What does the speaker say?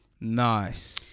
Nice